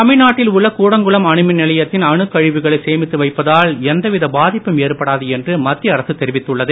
தமிழ்நாட்டில் உள்ள கூடங்குளம் அணுமின் நிலையத்தின் அணுக் கழிவுகளை சேமித்து வைப்பதால் எந்தவித பாதிப்பும் ஏற்படாது எனறு மத்திய அரசு தெரிவித்துள்ளது